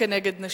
וכנגד נשים.